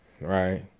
right